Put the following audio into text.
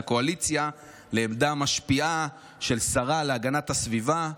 הקואליציה לעמדה משפיעה של שרה להגנת הסביבה.